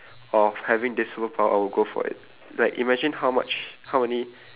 of having this superpower I'll go for it like imagine how much how many